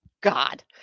God